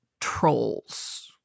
Trolls